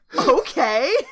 okay